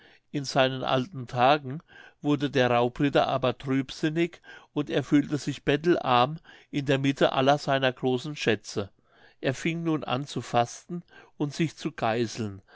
in seinen alten tagen wurde der raubritter aber trübsinnig und er fühlte sich bettelarm in der mitte aller seiner großen schätze er fing nun an zu fasten und sich zu geißeln